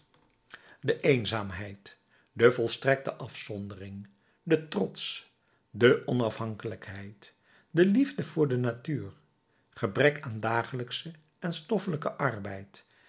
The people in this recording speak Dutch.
de eenzaamheid de volstrekte afzondering de trots de onafhankelijkheid de liefde voor de natuur gebrek aan dagelijkschen en stoffelijken arbeid